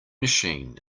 machine